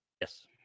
Yes